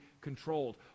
controlled